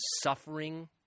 suffering